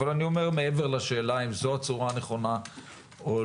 אבל מעבר לשאלה אם זו הצורה הנכונה או לא,